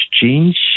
change